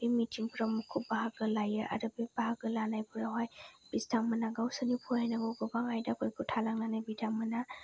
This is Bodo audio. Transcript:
बे मिथिंफ्राव मुखुब बाहागो लायो आरो बे बाहागो लानायफ्रावहाय बिथिंमोनहा गावसोरनि फरायनांगौखौ बा आयदाफोरखौ थालांनानै बिथांमोना